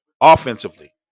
offensively